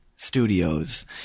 Studios